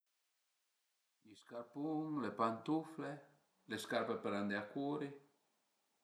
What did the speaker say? I scarpun, le pantufle, le scarpe pën andé a curi